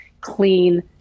clean